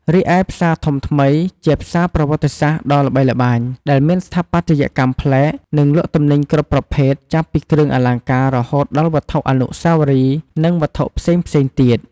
រីឯផ្សារធំថ្មី ជាផ្សារប្រវត្តិសាស្ត្រដ៏ល្បីល្បាញ ដែលមានស្ថាបត្យកម្មប្លែក និងលក់ទំនិញគ្រប់ប្រភេទ ចាប់ពីគ្រឿងអលង្ការ រហូតដល់វត្ថុអនុស្សាវរីយ៍ និងវត្ថុផ្សេងៗទៀត។